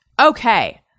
Okay